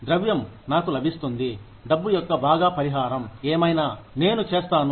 ద్రవ్యం నాకు లభిస్తుంది డబ్బు యొక్క బాగా పరిహారం ఏమైనా నేను చేస్తాను